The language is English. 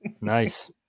Nice